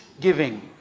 giving